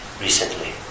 recently